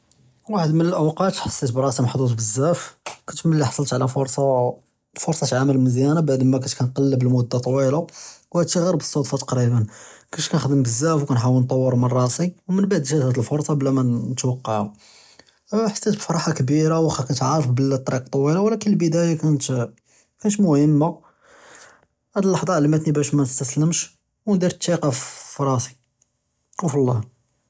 וַחַד מִן אֶלְאָווַקַאת חַסִּית בְּרַאסִי מַחְ'זּוּז בְּזַאף כְּנֵת מִלִّي חَصَّלְת עַלَى פְרְסַה עֻמַּל מְזְיַּאנָה בְּעַד מַא כַּאנְת נְקַלֶב לְמֻדַּת טְווִילָה וְהַאדּ אֶשִּׁי גִ'רִיר בְּצְדְפָה, תַקְרִיבַאן כַּאנְת נְחַדֵּם בְּזַאף וְנְחַאוּל נְטַווּר מִן רַאסִי וּמִן בְּעְד גַ'את הַדִּי אֶלְפְרְסַה בְּלָא מָא נְתְוַקַּע, חַסִּית בְּפַרְחָה כְּבִּירָה וְחַכִּי כְּנֵת עָרֵף בְּלִי אֶלְטַּרִיק טְווִיל וְלָקִין אֶלְבִּדָאיה כְּנֵת מְשִׁי מְהִימָה, הַדּ לַחְצָה עְלִמְתְנִי בַּאש מַנְסְתַסְלֶמְש וְנְדִיר אֶלְתִּקָּה פִי רַאסִי וּפִי אֱלָלה.